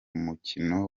mukino